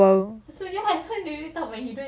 hidung bawal